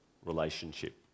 relationship